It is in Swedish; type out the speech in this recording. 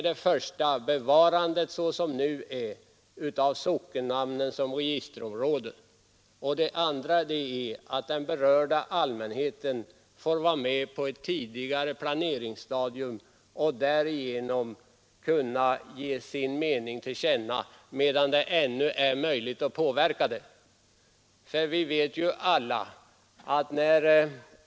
Det första är bevarandet, såsom nu, av socknen som registerområde. Det andra är att den berörda allmänheten får vara med på ett tidigare planeringsstadium för att därigenom kunna ge sin mening till känna medan det ännu är möjligt att påverka planeringen.